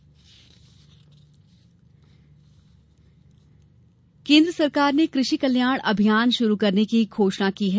कृषि कल्याण केन्द्र सरकार ने कृषि कल्याण अभियान शुरू करने की घोषणा की है